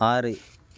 ஆறு